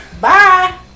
Bye